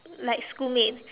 like schoolmates